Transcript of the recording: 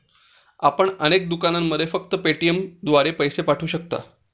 आपण अनेक दुकानांमध्ये फक्त पेटीएमद्वारे पैसे पाठवू शकता